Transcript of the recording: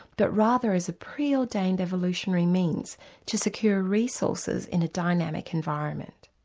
but rather as a pre-ordained evolutionary means to secure resources in a dynamic environment.